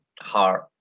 heart